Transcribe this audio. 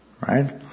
right